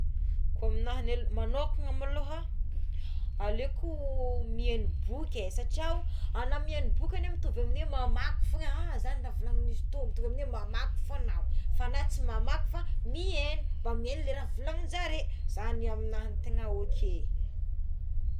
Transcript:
Ko amignahy lé manokana maloha aleoko mihaino boky é satria agnao mihaino boky agnie mitovy amin'ny hoe mamaky fogne é a zagny raha volanin'izy tô mitovy amy hoe mamaky fogna à fa agnao tsy mamaky fa mihaigno mba mihaino le raha volaninjareo zagny amignahy no tegna ok.